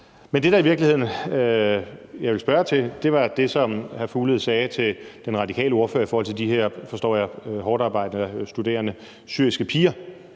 Men det, jeg i virkeligheden vil spørge om, er det, som hr. Mads Fuglede sagde til den radikale ordfører i forhold til de her, forstår jeg, hårdtarbejdende studerende syriske piger,